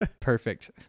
Perfect